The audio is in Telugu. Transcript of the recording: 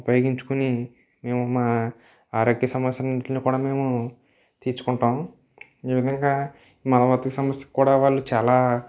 ఉపయోగించుకుని మేము మా ఆరోగ్య సమస్యలు అన్నింటిని కూడా మేము తీర్చుకుంటాము ఈ విధంగా మల బద్దక సమస్య కూడా వాళ్ళు చాలా